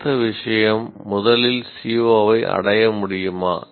அடுத்த விஷயம் முதலில் CO ஐ அடைய முடியுமா